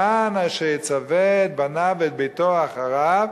למען אשר יצווה את בניו ואת ביתו אחריו